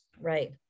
Right